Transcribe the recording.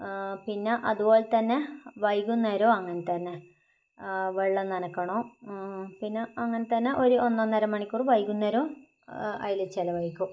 പിന്നെ അതുപോലെ തന്നെ വൈകുന്നേരം അങ്ങനെ തന്നെ ആ വെള്ളം നനക്കണം ആ പിന്നെ അങ്ങനെ തന്നെ ഒരു ഒന്നര മണിക്കൂർ വൈകുന്നേരം അതിൽ ചിലവഴിക്കും